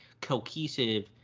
cohesive